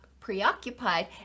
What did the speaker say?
preoccupied